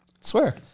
swear